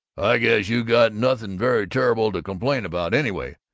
i guess you got nothing very terrible to complain about! anyway,